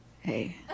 Hey